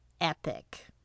epic